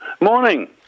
Morning